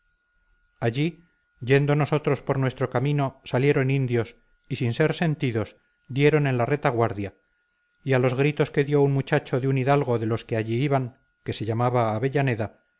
allí yendo nosotros por nuestro camino salieron indios y sin ser sentidos dieron en la retaguardia y a los gritos que dio un muchacho de un hidalgo de los que allí iban que se llamaba avellaneda